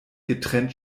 getrennt